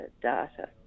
data